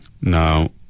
now